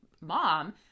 mom